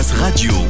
Radio